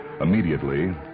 Immediately